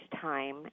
time